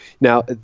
Now